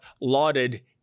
lauded